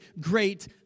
great